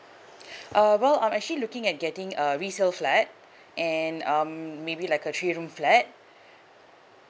uh well I'm actually looking at getting a resale flat and um maybe like a three room flat